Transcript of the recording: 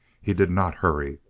he did not hurry,